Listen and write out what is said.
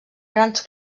grans